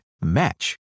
Match